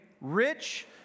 rich